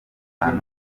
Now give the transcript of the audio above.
atanu